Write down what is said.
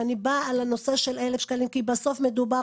ואני באה על הנושא של 1,000 שקלים כי בסוף מדובר,